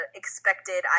expected